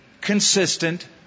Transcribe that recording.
consistent